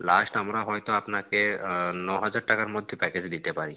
last আমরা হয়তো আপনাকে ন হাজার টাকার মধ্যে প্যাকেজ দিতে পারি